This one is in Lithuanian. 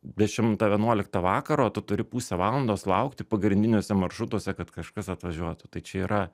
dešimtą vienuoliktą vakaro tu turi pusę valandos laukti pagrindiniuose maršrutuose kad kažkas atvažiuotų tai čia yra